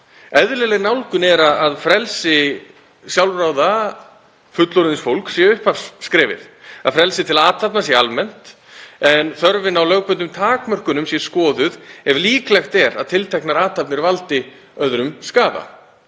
Eðlileg nálgun er að frelsi sjálfráða fullorðins fólks sé upphafsskrefið, að frelsi til athafna sé almennt en þörfin á lögbundnum takmörkunum sé skoðuð ef líklegt er að tilteknar athafnir valdi öðrum skaða.